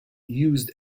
used